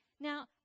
Now